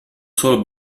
solo